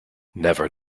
never